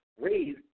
raised